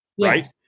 Right